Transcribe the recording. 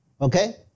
Okay